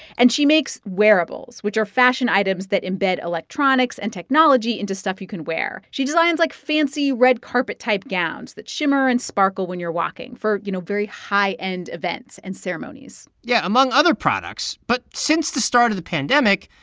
and she makes wearables, which are fashion items that embed electronics and technology into stuff you can wear. she designs like fancy, red-carpet-type gowns that shimmer and sparkle when you're walking for, you know, very high-end events and ceremonies yeah, among other products but since the start of the pandemic,